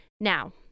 Now